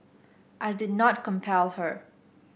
I did not compel her